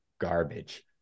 garbage